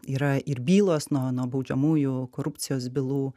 yra ir bylos nuo nuo baudžiamųjų korupcijos bylų